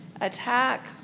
attack